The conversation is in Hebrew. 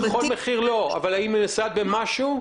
לא בכל מחיר, אבל האם היא מסייעת במשהו?